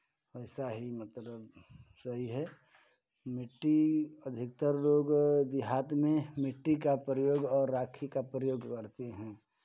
वैसा ही मतलब सही है मिट्टी अधिकतर लोग देहात में मिट्टी का प्रयोग और राखी का प्रयोग करते हैं